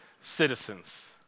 citizens